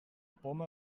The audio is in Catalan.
poma